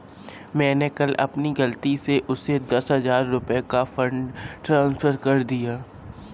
मैंने कल अपनी गलती से उसे दस हजार रुपया का फ़ंड ट्रांस्फर कर दिया